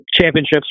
championships